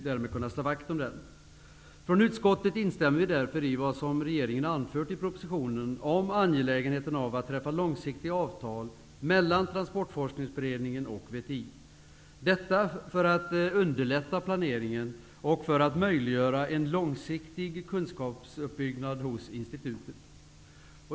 Från utskottets sida instämmer vi därför i det som regeringen har anfört i propositionen om angelägenheten av att träffa långsiktiga avtal mellan Transportforskningsberedningen och VTI -- detta för att underlätta planeringen och för att möjliggöra en långsiktig kunskapsuppbyggnad hos institutet.